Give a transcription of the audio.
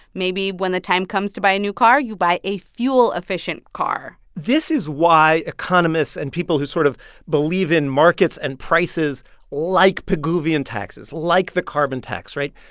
maybe when the time comes to buy a new car, you buy a fuel-efficient car this is why economists and people who sort of believe in markets and prices like pigouvian taxes, like the carbon tax, right?